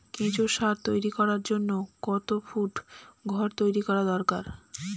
কেঁচো সার তৈরি করার জন্য কত ফুট ঘর তৈরি করা দরকার?